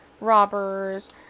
robbers